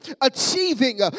achieving